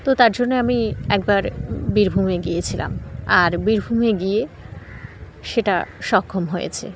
তো তার জন্য আমি একবার বীরভূমে গিয়েছিলাম আর বীরভূমে গিয়ে সেটা সক্ষম হয়েছে